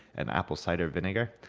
and apple cider vinegar.